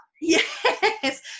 Yes